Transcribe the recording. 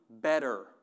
better